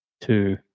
two